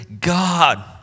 God